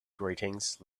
greetings